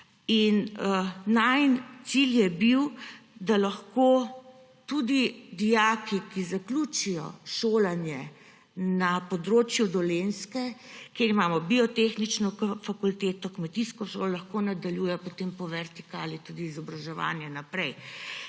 Najin cilj je bil, da lahko tudi dijaki, ki zaključijo šolanje na področju Dolenjske, kjer imamo biotehniško fakulteto, kmetijsko šolo, lahko nadaljujejo potem po vertikali tudi izobraževanje naprej.